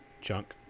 junk